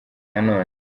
nanone